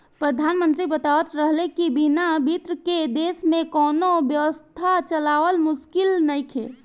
प्रधानमंत्री बतावत रहले की बिना बित्त के देश में कौनो व्यवस्था चलावल मुमकिन नइखे